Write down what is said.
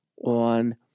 on